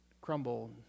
crumble